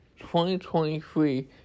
2023